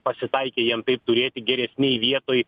pasitaikė jiem taip turėti geresnėje vietoj